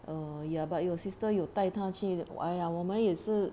err ya but your sister 有带她去玩 !aiya! 我们也是